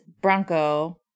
Bronco